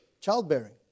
Childbearing